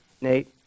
Nate